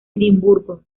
edimburgo